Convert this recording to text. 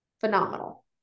phenomenal